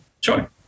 Sure